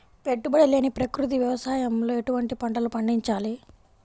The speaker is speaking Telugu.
పెట్టుబడి లేని ప్రకృతి వ్యవసాయంలో ఎటువంటి పంటలు పండించాలి?